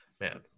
man